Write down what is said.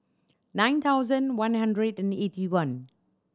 nine thousand one hundred and eighty one